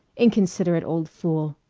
inconsiderate old fool!